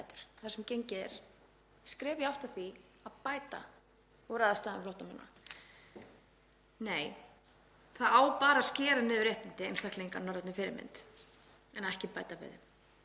þar sem gengið er skref í átt að því að bæta úr aðstæðum flóttamanna? Nei, það á bara að skera niður réttindi einstaklinga að norrænni fyrirmynd en ekki bæta við þau.